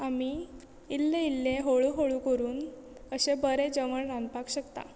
आमी इल्ले इल्ले हळू हळू करून अशे बरें जेवण रांदपाक शकता